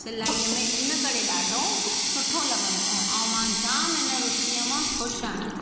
सिलाईअ में इन करे ॾाढो सुठो लॻंदो आहे ऐं मां जाम इन रूचीअ मां ख़ुशि आहियां